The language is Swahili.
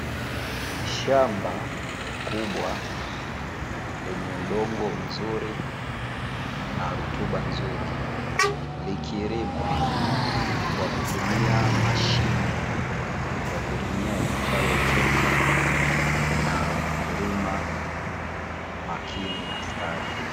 Shamba kubwa lenye udongo mzuri na rutuba nzuri, likilimwa kwa kutumia mashine ya kulimia iitwayo trekta na mkulima makini na stadi.